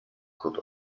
could